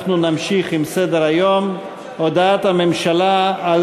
אנחנו נמשיך בסדר-היום: הודעת הממשלה על